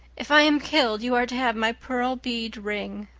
if i am killed you are to have my pearl bead ring.